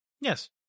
Yes